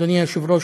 אדוני היושב-ראש,